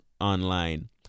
online